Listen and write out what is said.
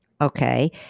Okay